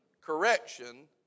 correction